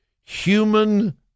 human